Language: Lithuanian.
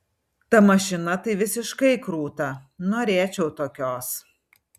ta mašina tai visiškai krūta norėčiau tokios